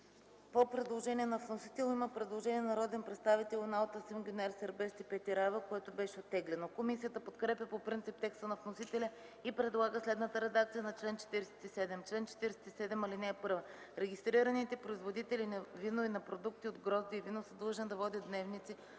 По чл. 47 на вносителя има предложение от народните представители Юнал Тасим, Гюнер Сербест и Петя Раева, което беше оттеглено. Комисията подкрепя по принцип текста на вносителя и предлага следната редакция на чл. 47: „Чл. 47. (1) Регистрираните производители на вино и на продукти от грозде и вино са длъжни да водят дневници